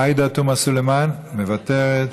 עאידה תומא סלימאן, מוותרת,